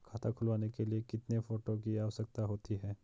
खाता खुलवाने के लिए कितने फोटो की आवश्यकता होती है?